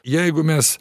jeigu mes